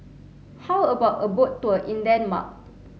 how about a boat tour in Denmark